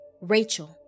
Rachel